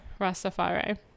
Rastafari